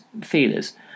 feelers